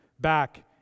Back